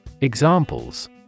Examples